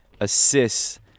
assists